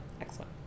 excellent